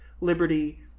liberty